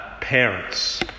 parents